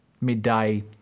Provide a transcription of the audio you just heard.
midday